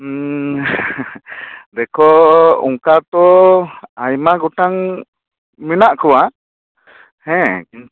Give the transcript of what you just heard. ᱫᱮᱠᱷᱚ ᱚᱱᱠᱟᱛᱚ ᱟᱭᱢᱟ ᱜᱚᱴᱟᱝ ᱢᱮᱱᱟᱜ ᱠᱚᱣᱟ ᱦᱮᱸ ᱠᱤᱱᱛᱩ